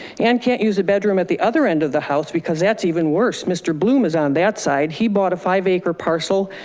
anne can't use a bedroom at the other end of the house because that's even worse. mr. bloom is on that side. he bought a five acre parcel